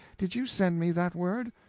did you send me that word?